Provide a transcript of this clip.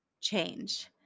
change